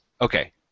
okay